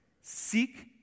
Seek